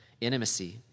intimacy